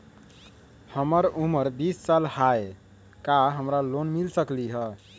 हमर उमर बीस साल हाय का हमरा लोन मिल सकली ह?